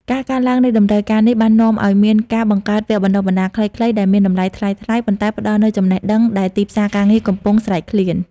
ការកើនឡើងនៃតម្រូវការនេះបាននាំឱ្យមានការបង្កើតវគ្គបណ្តុះបណ្តាលខ្លីៗដែលមានតម្លៃថ្លៃៗ ប៉ុន្តែផ្តល់នូវចំណេះដឹងដែលទីផ្សារការងារកំពុងស្រេកឃ្លាន។